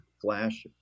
Flash